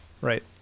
right